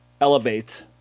elevate